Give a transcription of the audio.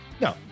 No